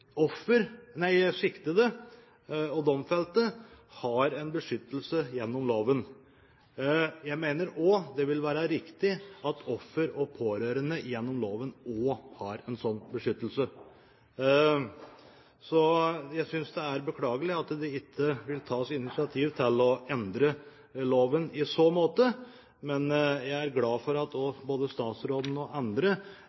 offer eller pårørende i eller til og fra rettssalen. Min mening er at det ikke er riktig. Siktede og domfelte har en beskyttelse gjennom loven. Jeg mener det vil være riktig at offer og pårørende gjennom loven også har en sånn beskyttelse. Så jeg synes det er beklagelig at det ikke tas initiativ til å endre loven i så måte. Men jeg er glad